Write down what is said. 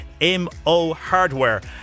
mohardware